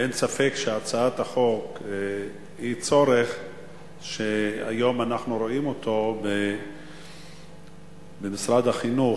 אין ספק שהצעת החוק היא צורך שהיום אנחנו רואים אותו במשרד החינוך,